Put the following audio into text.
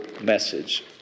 message